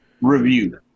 review